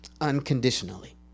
unconditionally